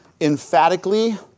emphatically